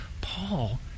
Paul